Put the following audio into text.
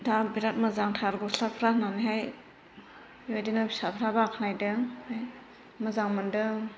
दा बिराद मोजांथार गस्लाफ्रा होननानैहाय बेबायदिनो फिसाफ्रा बाख्नायदों मोजां मोनदों